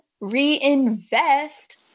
reinvest